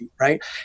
right